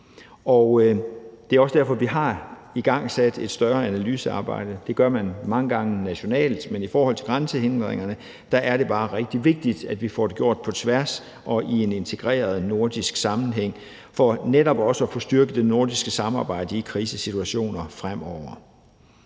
Det er også derfor, vi har igangsat et større analysearbejde. Det gør man mange gange nationalt, men i forhold til grænsehindringerne er det bare rigtig vigtigt, at vi får gjort det på tværs og i en integreret nordisk sammenhæng for netop også at få styrket det nordiske samarbejde i krisesituationer fremover.